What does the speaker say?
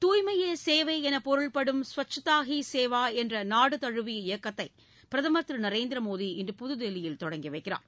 தூய்மையே சேவை என பொருள்படும் ஸ்வச்சதா ஹி சேவா என்ற நாடு தழுவிய இயக்கத்தை பிரதமர் திரு நரேந்திர மோடி இன்று புதுதில்லியில் தொடங்கி வைக்கிறார்